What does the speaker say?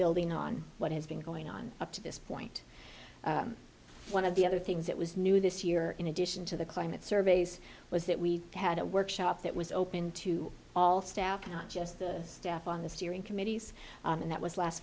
building on what has been going on up to this point one of the other things that was new this year in addition to the climate surveys was that we had a workshop that was open to all staff not just the staff on the steering committees and that was last